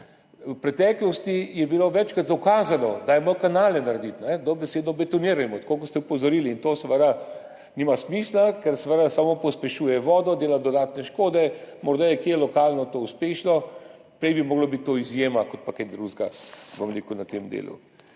V preteklosti je bilo večkrat zaukazano, dajmo kanale narediti, dobesedno betonirajmo, tako kot ste opozorili. To seveda nima smisla, ker seveda samo pospešuje vodo, dela dodatne škode, morda je kje lokalno to uspešno, prej bi morala biti to izjema kot pa kaj drugega na tem delu.